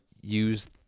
use